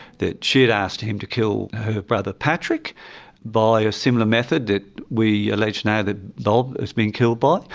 that she had asked him to kill her brother patrick by a similar method that we allege now that bob has been killed by.